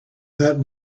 that